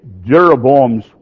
Jeroboam's